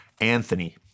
Anthony